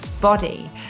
body